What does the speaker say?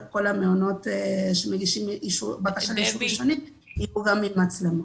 כל המעונות שמגישים בקשה למימון ראשוני יהיו גם עם מצלמות.